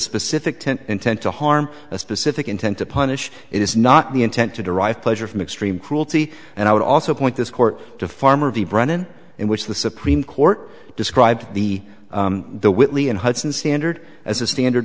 specific to an intent to harm a specific intent to punish it is not the intent to derive pleasure from extreme cruelty and i would also point this court to farmer v brennan in which the supreme court described the the whitley in hudson standard as a standard